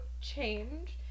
change